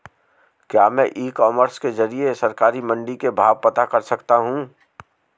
क्या मैं e commerce के ज़रिए सरकारी मंडी के भाव पता कर सकता हूँ?